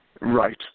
Right